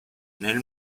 nel